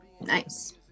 Nice